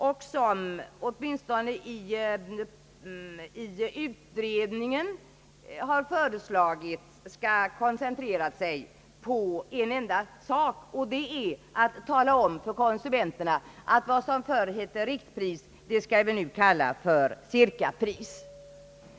Den har av utredningen föreslagits koncentrera sig på en enda sak, nämligen att tala om för konsumenterna att vad som förr hette riktpris skall vi nu kalla cirkapris.